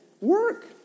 Work